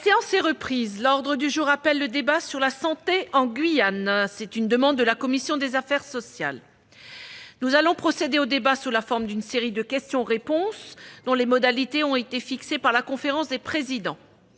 La séance est reprise. L'ordre du jour appelle le débat, organisé à la demande de la commission des affaires sociales, sur la santé en Guyane. Nous allons procéder au débat sous la forme d'une série de questions-réponses, dont les modalités ont été fixées par la conférence des présidents.